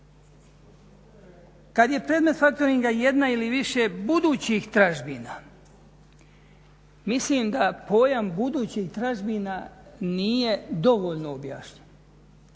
kad je predmet factoringa jedna ili više budućih tražbina mislim da pojam budućih tražbina nije dovoljno objašnjen.